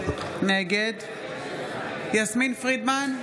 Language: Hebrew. נגד יסמין פרידמן,